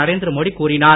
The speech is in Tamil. நரேந்திர மோடி கூறினார்